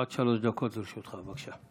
עד שלוש דקות לרשותך, בבקשה.